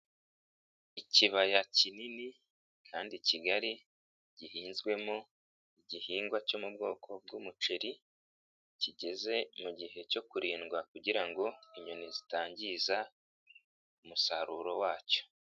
Ikibaya kinini kandi kigari gihinzwemo igihingwa cyo mu bwoko bw'umuceri kigeze mu gihe cyo kurindwa kugira ngo inyoni zitangiza umusaruro wacyo.